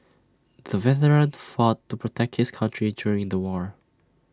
the veteran fought to protect his country during the war